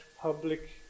public